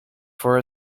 for